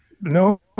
No